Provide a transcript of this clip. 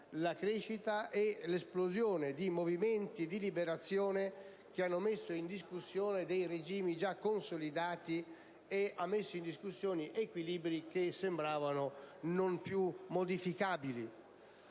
la crescita e l'esplosione di movimenti di liberazione che hanno messo in discussione regimi già consolidati ed equilibri che sembravano non più modificabili.